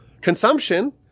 consumption